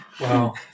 Wow